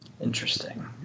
Interesting